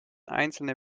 einzelne